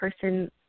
person